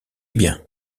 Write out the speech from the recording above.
bien